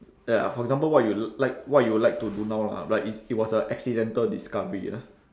ya for example what you like what you like to do now lah but it's it was a accidental discovery lah